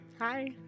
Hi